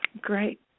great